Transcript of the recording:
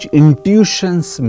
intuitions